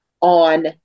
on